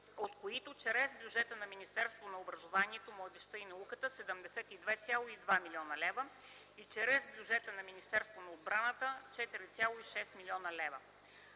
от които чрез бюджета на Министерството на образованието, младежта и науката 72,2 млн. лв. и чрез бюджета на Министерството на отбраната 4,6 млн. лв.;